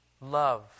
Love